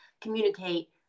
communicate